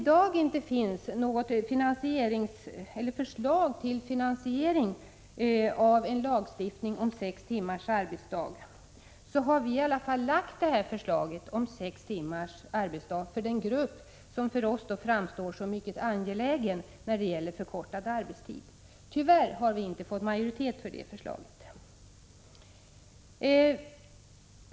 Det finns i dag inte något förslag till finansiering av en reform som innebär sex timmars arbetsdag. Vi har i alla fall lagt fram det här förslaget om sex timmars arbetsdag för den grupp som framstår som mycket angelägen när det gäller förkortad arbetstid. Tyvärr har vi inte fått majoritet för det förslaget.